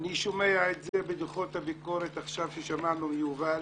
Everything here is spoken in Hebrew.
אני שומע את זה בדוחות הביקורת ששמענו עכשיו מיובל,